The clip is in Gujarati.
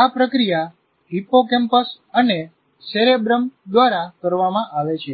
આ પ્રક્રિયા હિપ્પોકેમ્પસ અને સેરેબ્રમ દ્વારા કરવામાં આવે છે